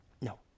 No